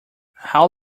how